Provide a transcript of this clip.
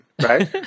right